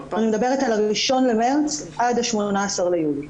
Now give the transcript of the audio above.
אני מדברת על ה-1 במרץ עד ה-18 ביולי.